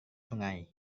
sungai